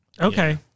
Okay